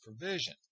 provision